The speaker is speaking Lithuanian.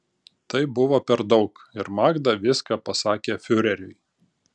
tai buvo per daug ir magda viską pasakė fiureriui